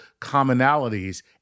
commonalities